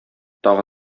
тагы